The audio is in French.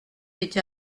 été